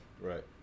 Right